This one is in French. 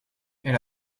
elle